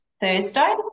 Thursday